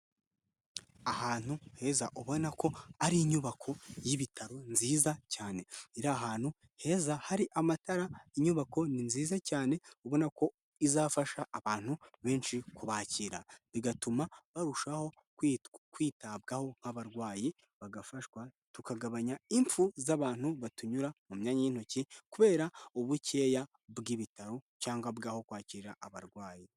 Ahantu heza ubona ko ari inyubako y'ibitaro nziza cyane iri ahantu heza hari amatara. Inyubako ni nziza cyane ubona ko izafasha abantu benshi kubakira, bigatuma barushaho kwitabwaho nk'abarwayi bagafashwa, tukagabanya ipfu z'abantu batunyura mu myanya y'intoki kubera ubukeya bw'Ibitaro, cyangwa bw'aho kwakirira abarwayi.